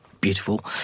beautiful